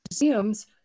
museums